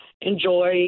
enjoy